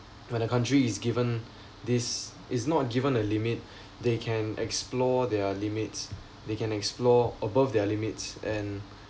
when the country is given this is not given a limit they can explore there limits they can explore above their limits and